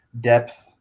depth